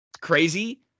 crazy